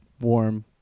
warm